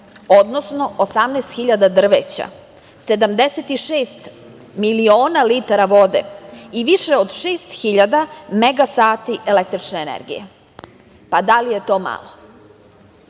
odnosno 18.000 drveća, 76 miliona litara vode i više od 6.000 mega sati električne energije. Pa, da li je to malo? Put